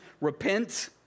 Repent